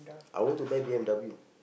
I want to buy b_m_w